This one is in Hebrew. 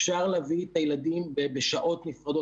אפשר להביא את הילדים בשעות נפרדות